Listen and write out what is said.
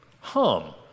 Hum